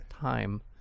time